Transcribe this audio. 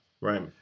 Right